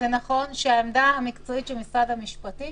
שהעמדה המקצועית של משרד המשפטים